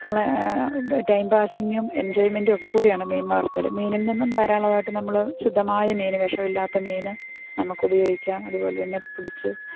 കളയുക ടൈം പാസ്സിങ്ങും എൻജോയ്മെൻറ്റും ഒക്കെ കൂടിയാണ് മീൻ വളർത്തൽ മീനിൽ നിന്നും ധാരാളമായിട്ട് നമ്മൾ ശുദ്ധമായ മീനു വിഷമില്ലാത്ത മീൻ നമുക്കുപയോഗിക്കാം അതുപോലെ തന്നെ പിടിച്ച്